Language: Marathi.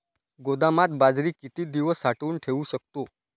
गोदामात बाजरी किती दिवस साठवून ठेवू शकतो?